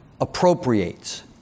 appropriates